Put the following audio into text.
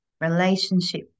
relationship